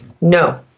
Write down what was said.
No